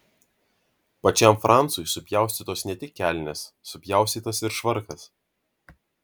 pačiam francui supjaustytos ne tik kelnės supjaustytas ir švarkas